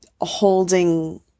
holding